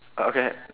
uh okay